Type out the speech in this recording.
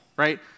right